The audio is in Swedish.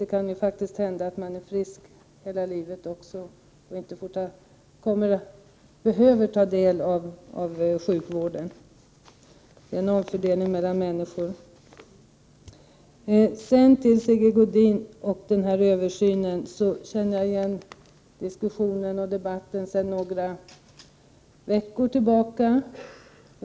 Det kan ju faktiskt hända att jag är frisk hela livet ut och inte behöver utnyttja sjukvården. Det handlar alltså om en omfördelning människor emellan. Sedan till Sigge Godin. Det gäller då kravet på en översyn av socialförsäkringssystemet. Jag känner igen resonemanget. Men den här saken diskuterades för några veckor sedan.